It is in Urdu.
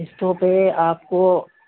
قسطوں پہ آپ کو